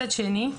מצד שני,